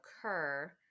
occur